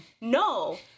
No